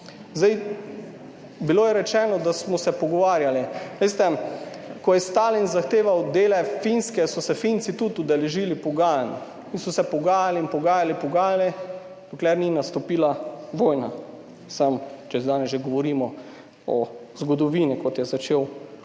Zdaj, bilo je rečeno, da smo se pogovarjali. Veste, ko je Stalin zahteval dele Finske, so se Finci tudi udeležili pogajanj in so se pogajali in pogajali, pogajali, dokler ni nastopila vojna. Samo, če danes že govorimo o zgodovini, kot je začel gospod